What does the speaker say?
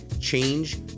change